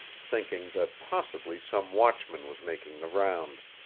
thinking that possibly some watchman was making the rounds.